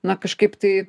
na kažkaip tai